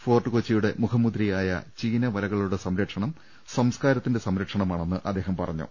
ഫോർട്ടുകൊച്ചിയുടെ മുഖമുദ്രയായ ചീനവലകളുടെ സംര ക്ഷണം സംസ്കാരത്തിന്റെ സംരക്ഷണമാണെന്ന് അദ്ദേഹം പറഞ്ഞു